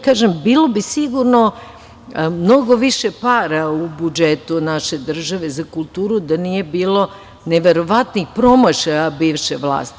Kažem, bilo bi sigurno mnogo više para u budžetu naše države za kulturu da nije bilo neverovatnih promašaja bivše vlasti.